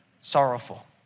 sorrowful